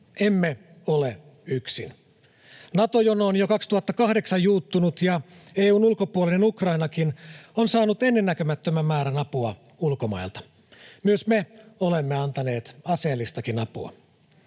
Emme ole yksin. Nato-jonoon jo 2008 juuttunut ja EU:n ulkopuolinen Ukrainakin on saanut ennennäkemättömän määrän apua ulkomailta. Myös me olemme antaneet, aseellistakin apua.